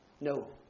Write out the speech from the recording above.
no